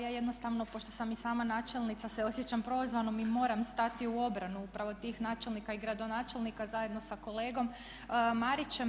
Ja jednostavno pošto sam i sama načelnica se osjećam prozvanom i moram stati u obranu upravo tih načelnika i gradonačelnika zajedno sa kolegom Marićem.